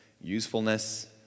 usefulness